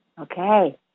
Okay